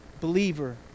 believer